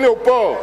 הנה, הוא פה.